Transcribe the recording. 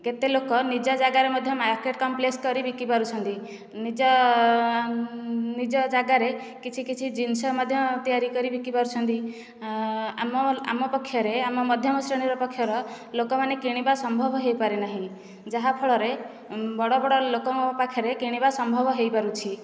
କେତେ ଲୋକ ନିଜ ଜାଗାରେ ମଧ୍ୟ ମାର୍କେଟ କମ୍ପ୍ଲେକ୍ସ କରି ବିକି ପାରୁଛନ୍ତି ନିଜ ଆଁ ଉଁ ମ ଜିନ ଜାଗାରେ କିଛି କିଛି ଜିନିଷ ମଧ୍ୟ ତିଆରି କରି ବିକି ପାରୁଛନ୍ତି ଆଁ ଆମ ଆମ ପକ୍ଷରେ ଆମ ମଧ୍ୟମ ଶ୍ରେଣୀ ପକ୍ଷର ଲୋକମାନେ କିଣିବା ସମ୍ଭବପର ହୋଇ ପାରିନାହିଁ ଯାହା ଫଳରେ ବଡ଼ ବଡ଼ ଲୋକଙ୍କ ପାଖରେ କିଣିବା ସମ୍ଭବପର ହୋଇ ପାରୁଛି